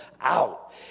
out